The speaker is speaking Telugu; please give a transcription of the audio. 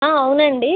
ఆ అవును అండి